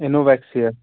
اِموویکسِیا